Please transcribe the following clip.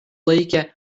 laikė